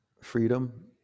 freedom